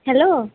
hello